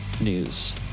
news